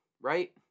right